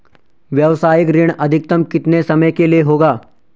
व्यावसायिक ऋण अधिकतम कितने समय के लिए होगा?